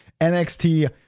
NXT